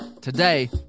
today